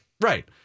right